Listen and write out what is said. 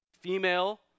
Female